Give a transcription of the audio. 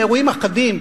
לאירועים אחדים,